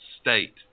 state